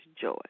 joy